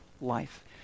life